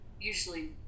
usually